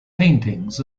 paintings